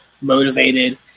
motivated